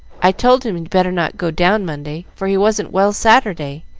i told him he'd better not go down monday, for he wasn't well saturday,